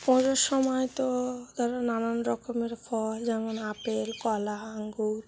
পুজোর সময় তো ধরো নানান রকমের ফল যেমন আপেল কলা আঙুর